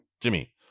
Jimmy